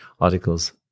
articles